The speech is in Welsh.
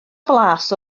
flas